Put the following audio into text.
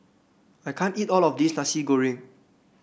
I can't eat all of this Nasi Goreng